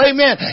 Amen